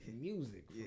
music